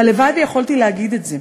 הלוואי שיכולתי להגיד את זה.